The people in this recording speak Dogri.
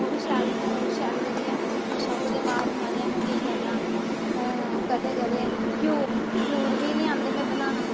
ओह् बी शैल शैल करियै अच्छा ओह्दे बाद महाराज अहें केह् करना कदें कदें घ्यूर बी नी आंदे हे बनाना